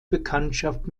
bekanntschaft